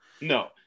No